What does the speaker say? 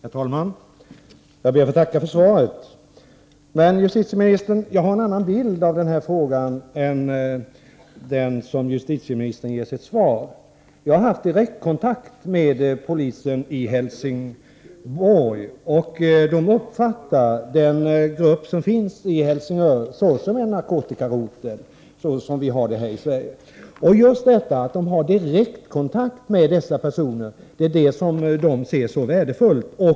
Herr talman! Jag ber att få tacka för svaret. Jag har emellertid en annan bild av dessa frågor än den som justitieministern ger i sitt svar. Jag har haft kontakt med polisen i Helsingborg, som uppfattar den grupp som finns i Helsingör som en narkotikarotel såsom vi har häri Sverige. Just detta att man har direktkontakt med dessa personer är vad man ser som så värdefullt.